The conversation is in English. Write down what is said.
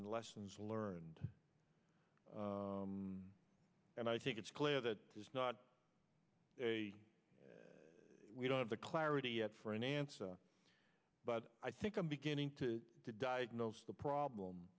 and lessons learned and i think it's clear that there's not a we don't have the clarity at for an answer but i think i'm beginning to diagnose the problem